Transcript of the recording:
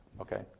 Okay